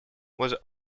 was